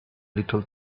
little